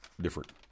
different